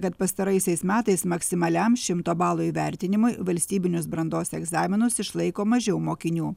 kad pastaraisiais metais maksimaliam šimto balų įvertinimui valstybinius brandos egzaminus išlaiko mažiau mokinių